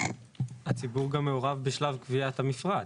הציבור גם מעורב בשלב קביעת המפרט.